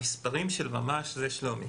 המספרים ממש זה שלומי.